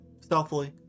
stealthily